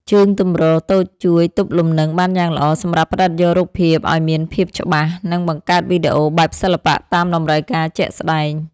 ជើងទម្រតូចជួយទប់លំនឹងបានយ៉ាងល្អ សម្រាប់ផ្ដិតយករូបភាពឱ្យមានភាពច្បាស់ និង បង្កើតវីដេអូបែបសិល្បៈតាមតម្រូវការជាក់ស្ដែង។